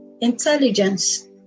intelligence